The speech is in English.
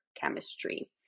chemistry